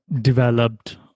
developed